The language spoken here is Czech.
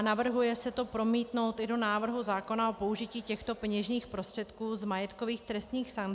Navrhuje se to promítnout i do návrhu zákona o použití těchto peněžních prostředků z majetkových trestních sankcí.